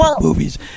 movies